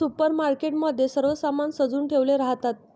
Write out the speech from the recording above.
supermarket मध्ये सर्व सामान सजवुन ठेवले राहतात